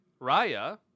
Raya